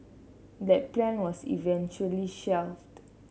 that plan was eventually shelved